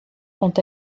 sont